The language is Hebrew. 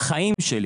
בחיים שלי